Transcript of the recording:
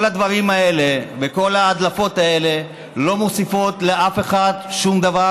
כל הדברים האלה וכל ההדלפות האלה לא מוסיפים לאף אחד שום דבר,